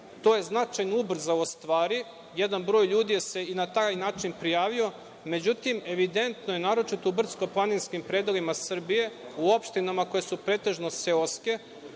To je značajno ubrzalo stvari, jedan broj ljudi se i na taj način prijavio. Međutim, evidentno je, naročito u brdsko-planinskim predelima Srbije, u opštinama koje su pretežno seoske,